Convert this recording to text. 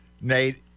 Nate